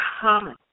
common